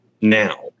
now